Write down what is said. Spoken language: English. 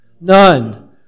None